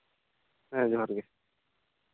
ᱦᱮᱸ ᱡᱚᱦᱟᱨᱜᱮ